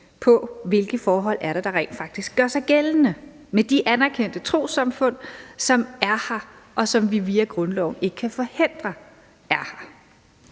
på, hvilke forhold der rent faktisk gør sig gældende hos de anerkendte trossamfund, som er her, og som vi via grundloven ikke kan forhindre er her.